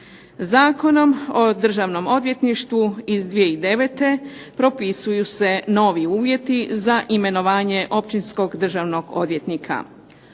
Zakonom o Državnom odvjetništvu iz 2009. propisuju se novi uvjeti za imenovanje općinskog državnog odvjetnika.